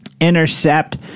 intercept